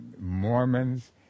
Mormons